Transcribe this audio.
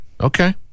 Okay